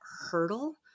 hurdle